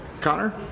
Connor